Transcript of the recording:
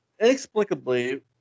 inexplicably